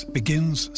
begins